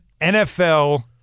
NFL